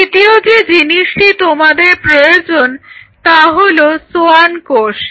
দ্বিতীয় যে জিনিসটি তোমাদের প্রয়োজন তা হলো সোয়ান কোষ